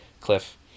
Cliff